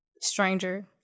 Stranger